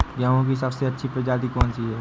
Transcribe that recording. गेहूँ की सबसे अच्छी प्रजाति कौन सी है?